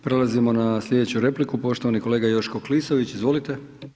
Prelazimo na slijedeću repliku, poštovani kolega Joško Klisović, izvolite.